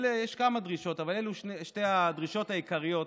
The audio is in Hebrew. יש כמה דרישות אבל אלו שתי הדרישות העיקריות,